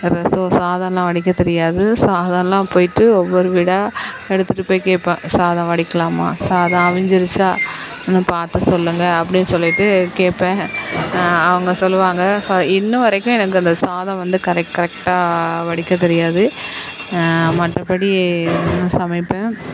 ரசம் சாதம்லாம் வடிக்கத் தெரியாது சாதம்லாம் போய்விட்டு ஒவ்வொரு வீடாக எடுத்துட்டுப் போய் கேட்பேன் சாதம் வடிக்கலாமா சாதம் அவிஞ்சிடுச்சா இன்னு பார்த்து சொல்லுங்க அப்படின்னு சொல்லிட்டு கேட்பேன் அவங்க சொல்லுவாங்க இன்று வரைக்கும் எனக்கு அந்த சாதம் வந்து கரெட் கரெக்டாக வடிக்க தெரியாது மற்றபடி நான் சமைப்பேன்